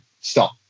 stop